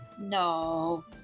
No